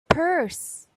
purse